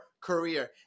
career